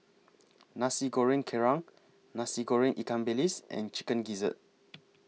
Nasi Goreng Kerang Nasi Goreng Ikan Bilis and Chicken Gizzard